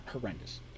horrendous